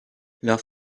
leur